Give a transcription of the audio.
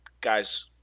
guys